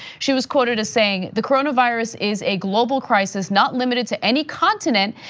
she was quoted as saying the coronavirus is a global crisis, not limited to any continent.